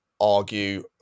argue